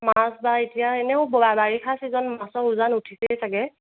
মাছ বা এতিয়া এনেও বাৰিষা চিজন মাছৰ উজান উঠিছেই চাগে